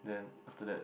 then after that